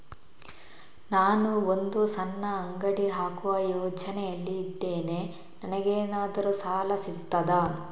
ನಾನು ಒಂದು ಸಣ್ಣ ಅಂಗಡಿ ಹಾಕುವ ಯೋಚನೆಯಲ್ಲಿ ಇದ್ದೇನೆ, ನನಗೇನಾದರೂ ಸಾಲ ಸಿಗ್ತದಾ?